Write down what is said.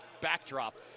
backdrop